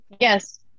Yes